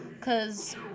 Cause